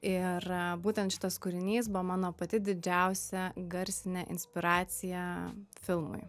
ir būtent šitas kūrinys buvo mano pati didžiausia garsinė inspiracija filmui